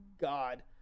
god